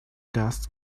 dust